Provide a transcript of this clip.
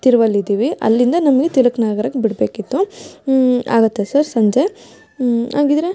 ತಿರುವಲ್ಲಿದೀವಿ ಅಲ್ಲಿಂದ ನಮಗೆ ತಿಲಕ್ ನಗ್ರಕ್ಕೆ ಬಿಡಬೇಕಿತ್ತು ಆಗುತ್ತಾ ಸರ್ ಸಂಜೆ ಹಾಗಿದ್ರೆ